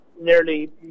nearly